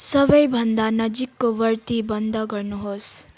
सबैभन्दा नजिकको बत्ती बन्द गर्नुहोस्